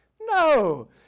no